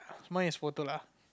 mine is photo lah